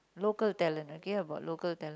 local talent okay about local talent